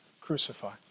crucify